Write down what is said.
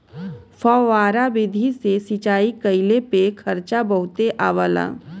फौआरा विधि से सिंचाई कइले पे खर्चा बहुते आवला